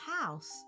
house